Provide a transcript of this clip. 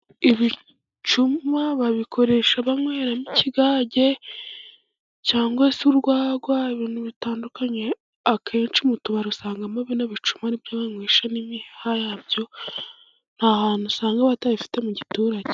Ibicuma babikoresha banyweramo ikigage cyangwa se urwagwa, ibintu bitandukanye akenshi mu tubare usangamo bino bicuma nibyo banyweshamo imiheha yabyo, nta hantu usanga batabifite mu giturage.